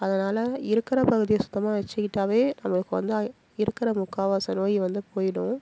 அதனால் இருக்கிற பகுதியை சுத்தமாக வச்சுக்கிட்டாவே நம்மளுக்கு வந்து இருக்கிற முக்கால்வாசி நோய் வந்து போய்விடும்